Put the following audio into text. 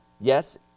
yes